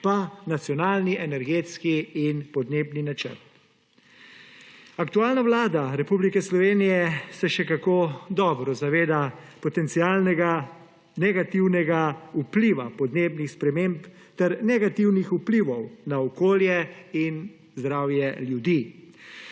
Nacionalni energetski in podnebni načrt. Aktualna vlada Republike Slovenije se še kako dobro zaveda potencialnega negativnega vpliva podnebnih sprememb ter negativnih vplivov na okolje in zdravje ljudi.